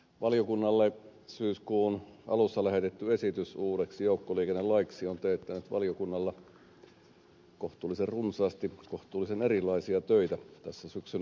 valiokunnalle syyskuun alussa lähetetty esitys uudeksi joukkoliikennelaiksi on teettänyt valiokunnalla kohtuullisen runsaasti kohtuullisen erilaisia töitä tässä syksyn aikana